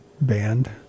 Band